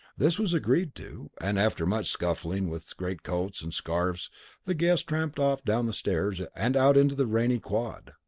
this was agreed to, and after much scuffling with greatcoats and scarves the guests tramped off down the stairs and out into the rainy quad.